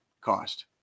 cost